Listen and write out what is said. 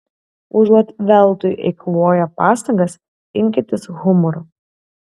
užuot veltui eikvoję pastangas imkitės humoro